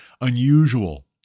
unusual